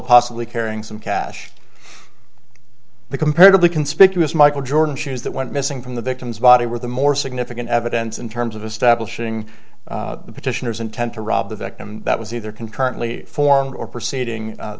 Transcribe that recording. possibly carrying some cash the comparatively conspicuous michael jordan shoes that went missing from the victim's body were the more significant evidence in terms of establishing the petitioner's intent to rob the victim that was either concurrently formed or proceeding a